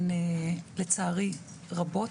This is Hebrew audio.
ולצערי הנקודות רבות.